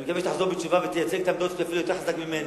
ואני מקווה שתחזור בתשובה ותייצג את העמדות שלי אפילו יותר חזק ממני,